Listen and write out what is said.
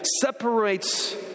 separates